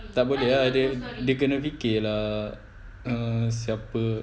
tak boleh ah dia dia kena fikir lah uh siapa